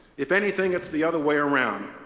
if anything, it's the other way around.